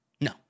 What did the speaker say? No